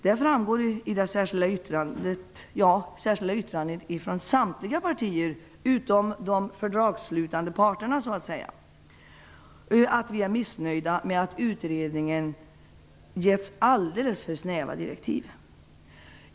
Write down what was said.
Det framgår av de särskilda yttrandena från samtliga parter, utom de "fördragsslutande parterna" att vi är missnöjda med att utredningen getts alldeles för snäva direktiv.